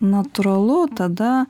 natūralu tada